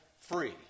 free